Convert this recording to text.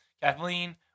Kathleen